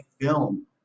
film